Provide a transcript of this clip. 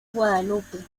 guadalupe